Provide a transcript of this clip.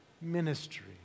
ministry